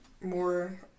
more